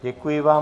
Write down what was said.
Děkuji vám.